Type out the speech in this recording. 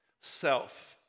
self